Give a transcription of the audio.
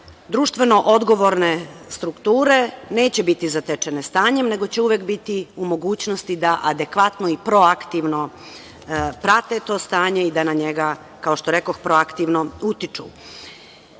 društveno-odgovorne strukture neće biti zatečene stanjem, nego će uvek biti u mogućnosti da adekvatno i proaktivno prate to stanje i da na njega, kao što rekoh, proaktivno utiču. Kao